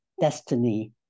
destiny